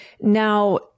Now